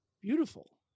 beautiful